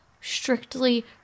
strictly